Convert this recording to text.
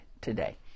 today